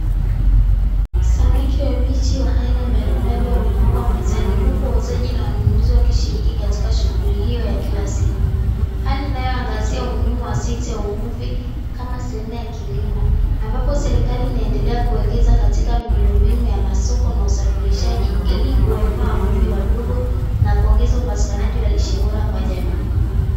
Samaki wabichi wa aina mbalimbali wamepangwa mezani huku wauzaji na wanunuzi wakishiriki katika shughuli hiyo ya kila siku. Hali inayoangazia umuhimu wa sekta ya uvuvi kama sehemu ya kilimo, ambapo serikali inaendelea kuwekeza katika miundo mbinu ya masoko na usafirishaji ili kuwainua wavuvi wadogo na kuongeza upatikanaji wa lishe bora kwa jamii.